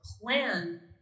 plan